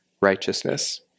righteousness